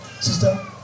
Sister